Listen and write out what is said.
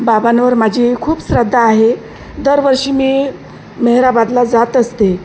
बाबांवर माझी खूप श्रद्धा आहे दरवर्षी मी मेहराबादला जात असते